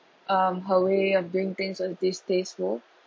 um her way of doing things was distasteful